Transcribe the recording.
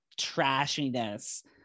trashiness